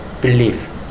belief